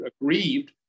aggrieved